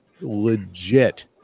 legit